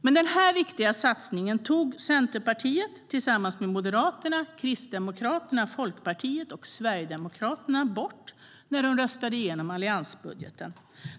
Men den här viktiga satsningen tog Centerpartiet tillsammans med Moderaterna, Kristdemokraterna, Folkpartiet och Sverigedemokraterna bort när de röstade igenom alliansbudgeten.